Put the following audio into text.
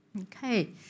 Okay